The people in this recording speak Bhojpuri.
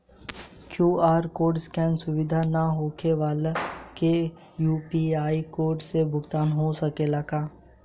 क्यू.आर कोड स्केन सुविधा ना होखे वाला के यू.पी.आई कोड से भुगतान हो सकेला का?